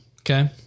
Okay